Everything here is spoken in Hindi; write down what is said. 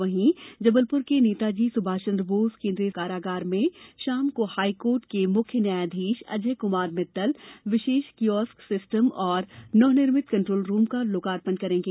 वहीं जबलपुर के नेताजी सुभाष चंद्र बोस केंद्रीय कारागार में शाम को हाई कोर्ट के मुख्य न्यायाधीश अजय कुमार मित्तल विशेष किओस्क सिस्टम एवं नवनिर्मित कंट्रोल रूम का लोकार्पण करेंगे